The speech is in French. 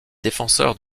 défenseurs